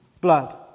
blood